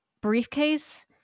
briefcase